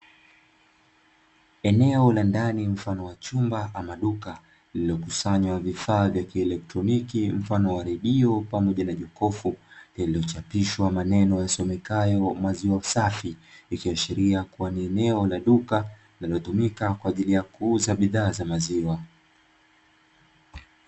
Eneo la ndani mfano wa chumba amaduka lililokusanywa vifaa vya kielektroniki mfano wa redio pamoja na jokofu, yaliyochapishwa maneno yasomekayo maziwa safi, ikiwa sheria kuwa ni eneo la duka lililotumika kwa ajili ya kuuza bidhaa za maziwa.